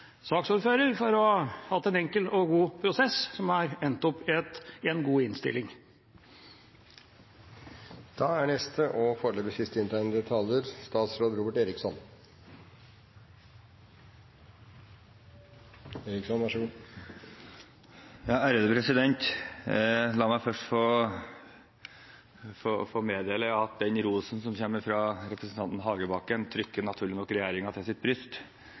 for å ha hatt en enkel og god prosess, som har endt opp i en god innstilling. La meg først få meddele at den rosen som kommer fra representanten Hagebakken, trykker regjeringen naturlig nok til sitt bryst